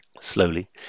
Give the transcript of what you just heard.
Slowly